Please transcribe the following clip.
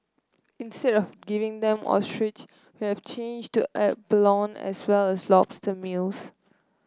instead of giving them ostrich we have changed to abalone as well as lobster meals